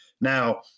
Now